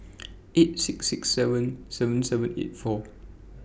eight six six seven seven seven eight four